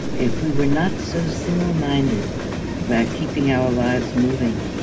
if we were not so single-minded about keeping our lives moving,